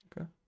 Okay